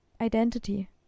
identity